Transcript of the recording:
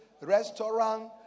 restaurant